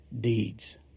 deeds